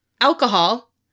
Alcohol